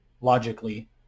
logically